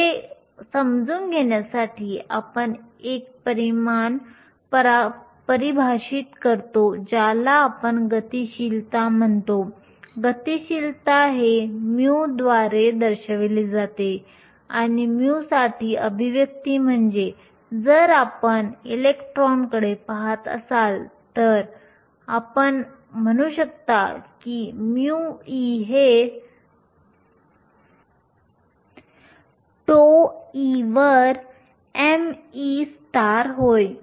हे समजून घेण्यासाठी आपण एक परिमाण परिभाषित करतो ज्याला आपण गतिशीलता म्हणतो गतिशीलता हे μ द्वारे दर्शवले जाते आणि μ साठी अभिव्यक्ती म्हणजे जर आपण इलेक्ट्रॉनकडे पहात असाल तर तुम्ही म्हणू शकता की μe हे τe वर me होय